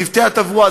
צוותי התברואה,